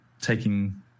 taking